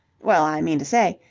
well, i mean to say,